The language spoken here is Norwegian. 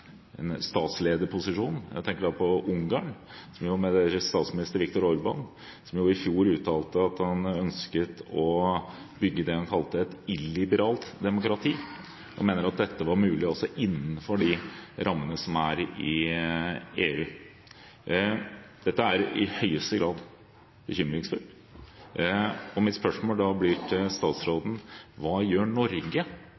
jo i fjor uttalte at han ønsket å bygge det han kalte et illiberalt demokrati, og mente at dette var mulig innenfor de rammene som er i EU. Dette er i høyeste grad bekymringsfullt, og mitt spørsmål til statsråden blir da: Hva gjør Norge